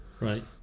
right